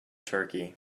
turkey